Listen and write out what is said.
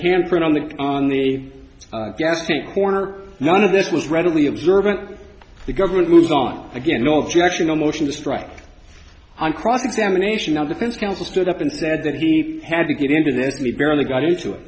hand print on the on the gas tank corner none of this was readily observant the government moves on again no objection a motion to strike on cross examination of defense counsel stood up and said that he had to get into this me barely got into it